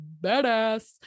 badass